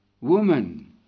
woman